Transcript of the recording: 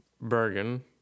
Bergen